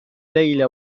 ليلة